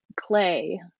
clay